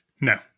No